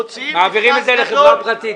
מוציאים מכרז גדול --- מעבירים את זה לחברה פרטית.